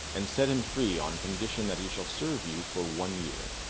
and set him free, on condition that he shall serve you for one year.